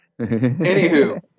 Anywho